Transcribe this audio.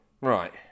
Right